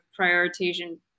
prioritization